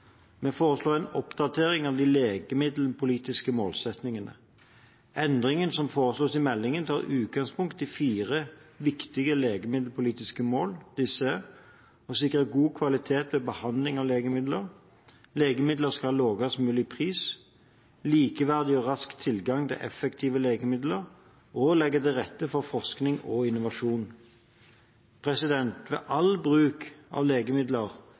Vi foreslår en oppdatering av de legemiddelpolitiske målsettingene. Endringene som foreslås i meldingen, tar utgangspunkt i fire viktige legemiddelpolitiske mål. Disse er: å sikre god kvalitet ved behandling med legemidler å ha lavest mulig pris på legemidler å ha likeverdig og rask tilgang til effektive legemidler å legge til rette for forskning og innovasjon Ved all bruk av legemidler